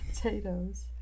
potatoes